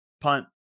punt